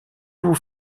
vous